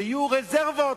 ויהיו רזרבות,